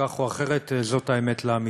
כך או אחרת, זו האמת לאמיתה.